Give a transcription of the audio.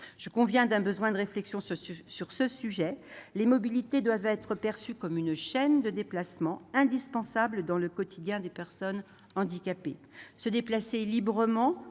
J'en conviens, nous avons besoin de réflexion sur le sujet : ces mobilités doivent être perçues comme une chaîne de déplacements indispensables dans le quotidien des personnes handicapées. Se déplacer librement,